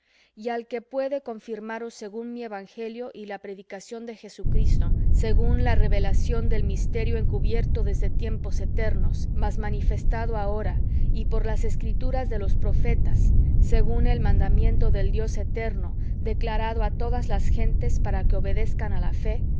y al que puede confirmaros según mi evangelio y la predicación de jesucristo según la revelación del misterio encubierto desde tiempos eternos mas manifestado ahora y por las escrituras de los profetas según el mandamiento del dios eterno declarado á todas las gentes para que obedezcan á la fe